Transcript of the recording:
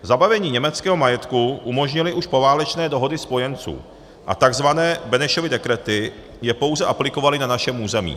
Zabavení německého majetku umožnily už poválečné dohody spojenců a takzvané Benešovy dekrety je pouze aplikovaly na našem území.